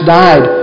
died